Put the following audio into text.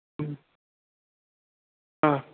ம் ஆ